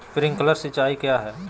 Sprinkler सिंचाई क्या है?